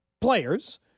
players